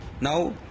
Now